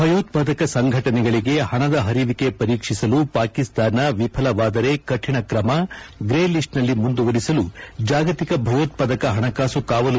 ಭಯೋತ್ಪಾದಕ ಸಂಘಟನೆಗಳಿಗೆ ಹಣದ ಹರಿವಿಕೆ ಪರೀಕ್ಷಿಸಲು ಪಾಕಿಸ್ತಾನ ವಿಫಲವಾದರೆ ಕಠಿಣ ಕ್ರಮ ಗ್ರೇ ಲೀಸ್ಟ್ನಲ್ಲಿ ಮುಂದುವರಿಸಲು ಜಾಗತಿಕ ಭಯೋತ್ಪಾದಕ ಹಣಕಾಸು ಕಾವಲು ಸಮಿತಿಯ ಕಾರ್ಯಪಡೆ ನಿರ್ಧಾರ